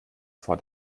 vor